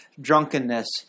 drunkenness